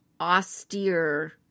austere